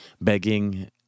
Begging